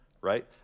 right